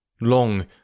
Long